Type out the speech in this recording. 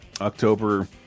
October